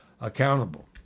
accountable